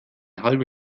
halbe